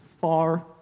far